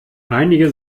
einige